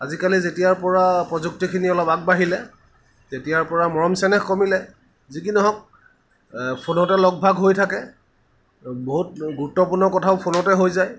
আজিকালি যেতিয়াৰ পৰা প্ৰযুক্তিখিনি অলপ আগবাঢ়িলে তেতিয়াৰ পৰা মৰম চেনেহ কমিলে যি কি নহওক ফোনতে লগ ভাগ হৈ থাকে বহুত গুৰুত্বপূৰ্ণ কথাও ফোনতে হৈ যায়